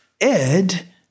Ed